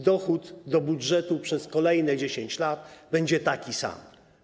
Dochód do budżetu przez kolejne 10 lat będzie taki sam.